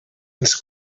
ens